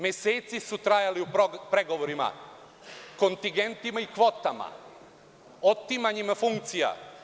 Meseci su trajali u pregovorima, kontingentima i kvotama, otimanjima funkcija.